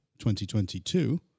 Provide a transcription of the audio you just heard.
2022